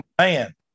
man